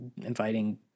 inviting